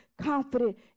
confident